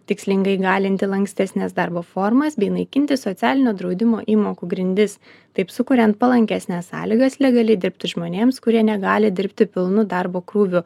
tikslingai įgalinti lankstesnes darbo formas bei naikinti socialinio draudimo įmokų grindis taip sukuriant palankesnes sąlygas legaliai dirbti žmonėms kurie negali dirbti pilnu darbo krūviu